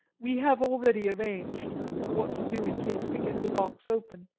we have already arranged what to do in case we get the box open.